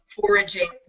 foraging